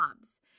jobs